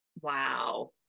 wow